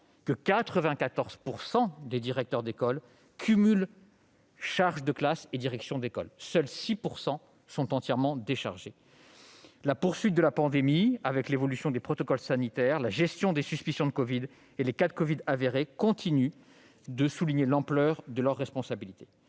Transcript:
que 94 % des directeurs d'école cumulent charge de classe et direction d'école ; seuls 6 % d'entre eux sont entièrement déchargés. La poursuite de la pandémie, avec l'évolution des protocoles sanitaires, la gestion des suspicions de covid et des cas de covid avérés continuent de souligner l'ampleur de leurs responsabilités.